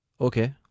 Okay